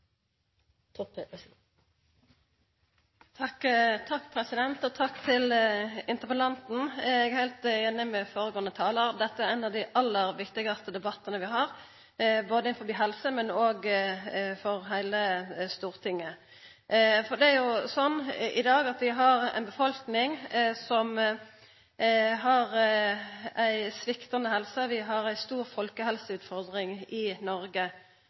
heilt einig med føregåande talar: Dette er ein av dei aller viktigaste debattane vi har, både innan helse og for heile Stortinget. I dag har vi ei befolkning som har sviktande helse – vi har ei stor folkehelseutfordring i Noreg.